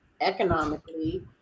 economically